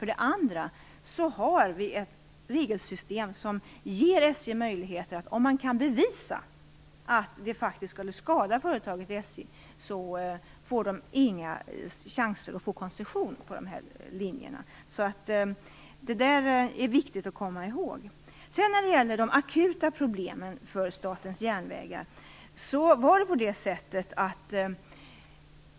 För det andra har vi ett regelsystem som ger SJ möjligheter: Om man kan bevisa att bussar skulle skada företaget SJ, så ges ingen koncession för de busslinjerna. Det är viktigt att komma i håg.